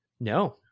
No